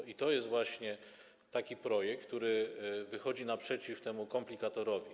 I to jest właśnie taki projekt, który wychodzi naprzeciw temu komplikatorowi.